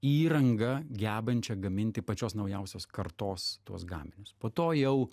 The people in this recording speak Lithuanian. įrangą gebančią gaminti pačios naujausios kartos tuos gaminius po to jau